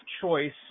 choice